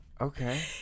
okay